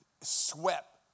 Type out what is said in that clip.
swept